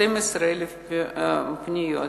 12,000 פניות.